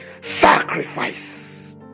Sacrifice